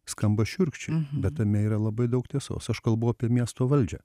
skamba šiurkščiai bet tame yra labai daug tiesos aš kalbu apie miesto valdžią